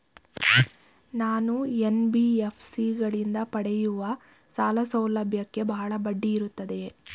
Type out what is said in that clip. ನಾನು ಎನ್.ಬಿ.ಎಫ್.ಸಿ ಗಳಿಂದ ಪಡೆಯುವ ಸಾಲ ಸೌಲಭ್ಯಕ್ಕೆ ಬಹಳ ಬಡ್ಡಿ ಇರುತ್ತದೆಯೇ?